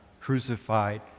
crucified